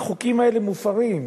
החוקים האלה מופרים,